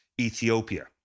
Ethiopia